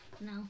No